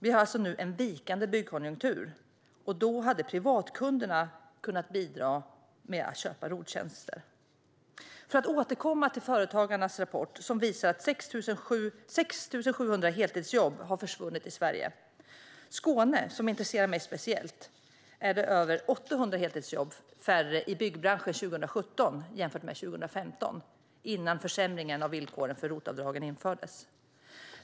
I en vikande byggkonjunktur hade privatkunderna kunnat bidra med att köpa ROT-tjänster. Företagarnas rapport visar att 6 700 heltidsjobb har försvunnit i Sverige. I Skåne, som intresserar mig speciellt, är det över 800 färre heltidsjobb i byggbranschen 2017 jämfört med 2015, alltså innan försämringen av villkoren för ROT-avdragen infördes.